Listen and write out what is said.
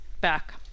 back